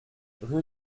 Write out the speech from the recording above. rue